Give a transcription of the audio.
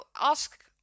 ask